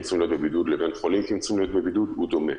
להיות בבידוד לבין חולים שצריכים להיות בבידוד הוא דומה.